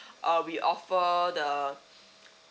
uh we offer all the